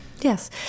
Yes